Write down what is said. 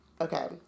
Okay